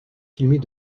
filmée